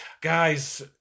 guys